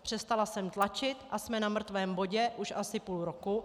Přestala jsem tlačit a jsme na mrtvém bodě už asi půl roku.